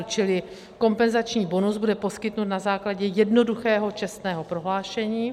Čili kompenzační bonus bude poskytnut na základě jednoduchého čestného prohlášení.